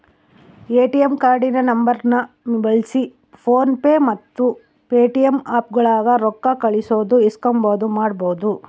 ATM ಕಾರ್ಡಿನ ನಂಬರ್ನ ಬಳ್ಸಿ ಫೋನ್ ಪೇ ಮತ್ತೆ ಪೇಟಿಎಮ್ ಆಪ್ಗುಳಾಗ ರೊಕ್ಕ ಕಳ್ಸೋದು ಇಸ್ಕಂಬದು ಮಾಡ್ಬಹುದು